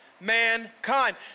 mankind